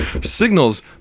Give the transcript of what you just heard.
signals